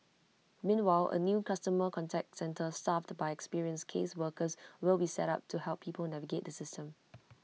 meanwhile A new customer contact centre staffed by experienced caseworkers will be set up to help people navigate the system